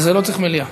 וזה לא צריך מליאה?